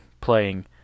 playing